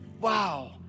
Wow